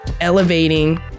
elevating